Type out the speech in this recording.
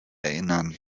erinnern